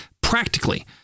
practically